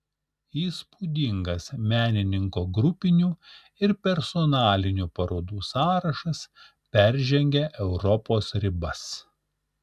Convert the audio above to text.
įspūdingas menininko grupinių ir personalinių parodų sąrašas peržengia europos ribas